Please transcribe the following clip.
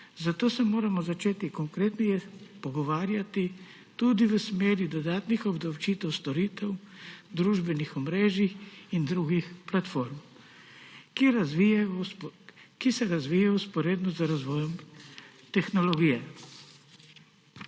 Zato se moramo začeti konkretneje pogovarjati, tudi v smeri dodatnih obdavčitev storitev družbenih omrežij in drugih platform, ki se razvijajo vzporedno z razvojem tehnologije.